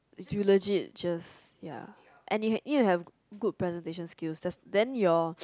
is you legit just ya and you need you need to have good presentation skills that's then your